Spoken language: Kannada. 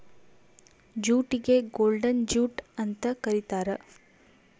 ಜೂಟಿಗೆ ಗೋಲ್ಡನ್ ಜೂಟ್ ಅಂತ ಕರೀತಾರ